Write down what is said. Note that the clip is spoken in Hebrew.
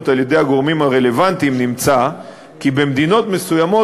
על-ידי הגורמים הרלוונטיים נמצא כי במדינות מסוימות